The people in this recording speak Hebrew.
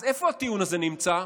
אז איפה הטיעון הזה נמצא?